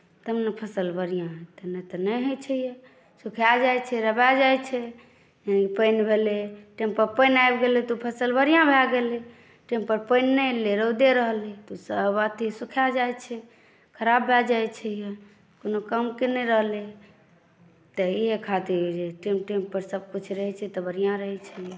तब नऽ फसल बढ़िआँ होतै नहि तऽ नहि होइ छै सुखाए जाइ छै रौदा जाइ छै नहि पानि भेलै टाइमपर पानि आबि गेलै तऽ फसल बढ़िआँ भए गेलै टाइमपर पानि नहि एलै रौदे रहलै तऽ सभ अथी सुखा जाइत छै खराब भए जाइत छै यए कोनो कामके नहि रहलै तऽ इएह खातिर टाइम टाइमपर सभकिछ रहैत छै तऽ बढ़िआँ रहैत छै यए